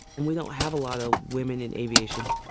and we don't have a lot of women in aviation,